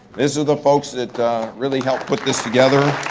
these are the folks that really helped put this together.